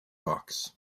box